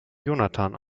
jonathan